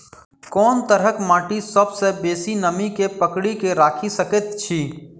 कोन तरहक माटि सबसँ बेसी नमी केँ पकड़ि केँ राखि सकैत अछि?